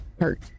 hurt